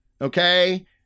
Okay